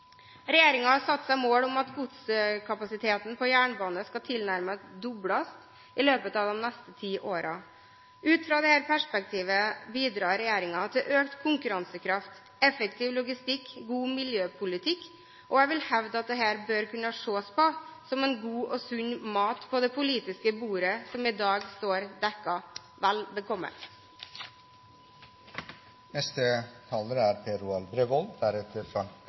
har satt seg mål om at godskapasiteten på jernbane tilnærmet skal dobles i løpet av de neste ti årene. Ut fra dette perspektivet bidrar regjeringen til økt konkurransekraft, effektiv logistikk og god miljøpolitikk. Jeg vil hevde at dette bør kunne ses på som god og sunn mat på det politiske bordet som i dag står dekket. Vel bekomme! Da er